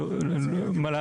למה?